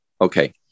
Okay